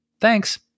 Thanks